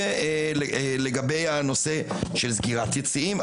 זה לגבי הנושא של סגירת יציעים,